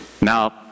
Now